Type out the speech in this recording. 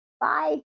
Bye